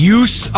use